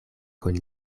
kun